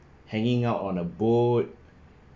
hanging out on a boat